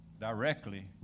directly